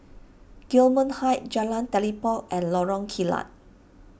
Gillman Heights Jalan Telipok and Lorong Kilat